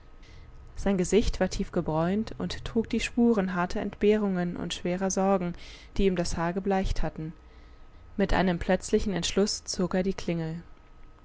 sein gesicht war tief gebräunt und trug die spuren harter entbehrungen und schwerer sorgen die ihm das haar gebleicht hatten mit einem plötzlichen entschluß zog er die klingel